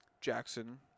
Jackson